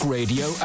Radio